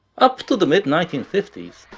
up to the mid nineteen fifty s,